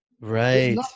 Right